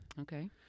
Okay